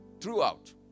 throughout